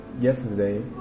Yesterday